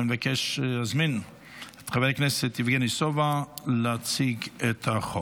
אני מבקש להזמין את חבר הכנסת יבגני סובה להציג את החוק.